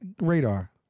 radar